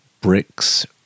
bricks